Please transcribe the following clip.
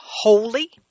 holy